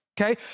Okay